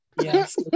Yes